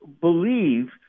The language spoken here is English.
believe